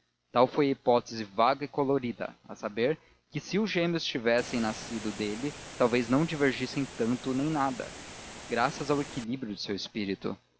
tal foi a hipótese vaga e colorida a saber que se os gêmeos tivessem nascido dele talvez não divergissem tanto nem nada graças ao equilíbrio do seu espírito